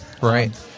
Right